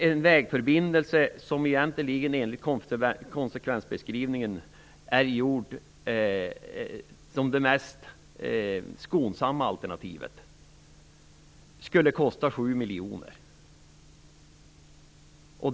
En vägförbindelse som är gjord enligt det mest skonsamma alternativet enligt konsekvensbeskrivningen skulle kosta 7 miljoner.